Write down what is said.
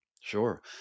Sure